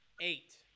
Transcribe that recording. Eight